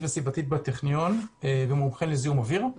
וסביבתית בטכניון ומומחה לזיהום אוויר.